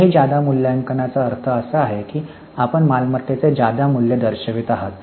कोणत्याही जादा मूल्यांकनाचा अर्थ असा आहे की आपण मालमत्तेचे जादा मूल्य दर्शवित आहात